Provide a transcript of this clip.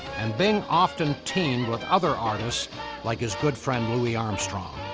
bing often teamed with other artists like his good friend louis armstrong.